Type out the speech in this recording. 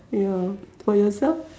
ya for yourself